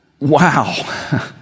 wow